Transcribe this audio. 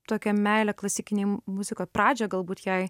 tokią meilę klasikinei muzikai pradžią galbūt jai